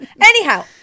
Anyhow